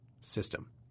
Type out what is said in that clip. system